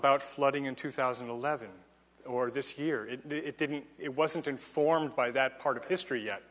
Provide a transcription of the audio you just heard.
about flooding in two thousand and eleven or this year it it didn't it wasn't informed by that part of history yet